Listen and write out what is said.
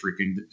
freaking